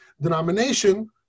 denomination